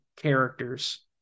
characters